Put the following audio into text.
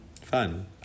Fun